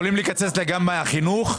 אפשר לקצץ גם מהחינוך?